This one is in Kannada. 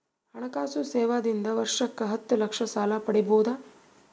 ಹಣಕಾಸು ಸೇವಾ ದಿಂದ ವರ್ಷಕ್ಕ ಹತ್ತ ಲಕ್ಷ ಸಾಲ ಪಡಿಬೋದ?